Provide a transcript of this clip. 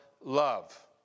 love